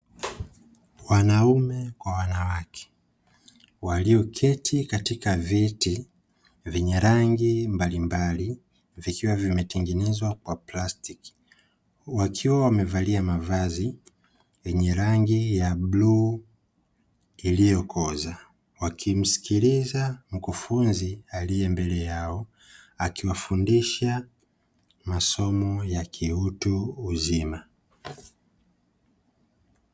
Wanaume kwa wanawake walioketi katika viti vyenye rangi mbalimbali vikiwa vimetengenezwa kwa plastiki, wakiwa wamevalia mavazi ya rangi ya buluu iliyokoza wakiwa wanamsikiliza mkufunzi aliyembele yao, akiwafundisha masomo ya kiutu uzima.